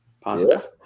Positive